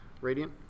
Radiant